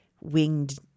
winged